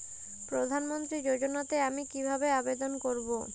প্রধান মন্ত্রী যোজনাতে আমি কিভাবে আবেদন করবো?